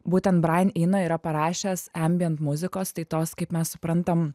būtent brain ino yra parašęs embiant muzikos tai tos kaip mes suprantam